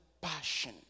passion